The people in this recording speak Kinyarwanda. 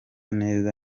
neza